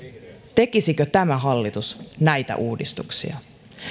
tekisikö tämä hallitus näitä uudistuksia